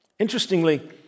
Interestingly